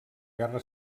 guerra